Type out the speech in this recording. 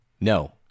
No